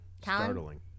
startling